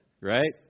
right